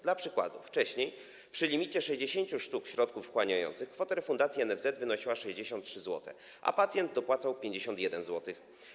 Dla przykładu wcześniej przy limicie 60 sztuk środków wchłaniających kwota refundacji NFZ wynosiła 63 zł, a pacjent dopłacał 51 zł.